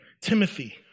Timothy